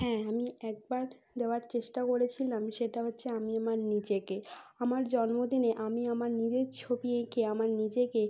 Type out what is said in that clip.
হ্যাঁ আমি একবার দেওয়ার চেষ্টা করেছিলাম সেটা হচ্ছে আমি আমার নিজেকে আমার জন্মদিনে আমি আমার নিজের ছবি এঁকে আমার নিজেকে